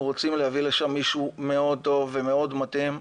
אנחנו רוצים להביא לשם מישהו טוב מאוד ומתאים מאוד.